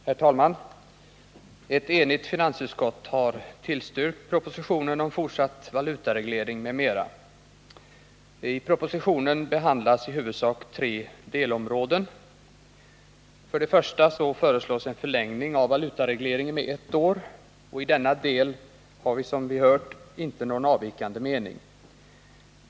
Herr talman! Ett enigt finansutskott har tillstyrkt propositionen om fortsatt valutareglering m.m. I propositionen behandlas i huvudsak tre delområden. För det första föreslås en förlängning av valutaregleringen med ett år. I denna del finns det ingen avvikande mening.